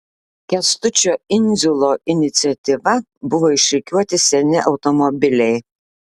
kęstučio indziulo iniciatyva buvo išrikiuoti seni automobiliai